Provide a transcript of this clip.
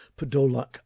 Podolak